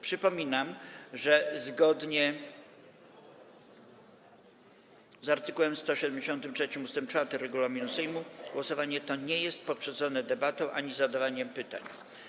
Przypominam, że zgodnie z art. 173 ust. 4 regulaminu Sejmu głosowanie to nie jest poprzedzone debatą ani zadawaniem pytań.